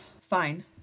Fine